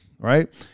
right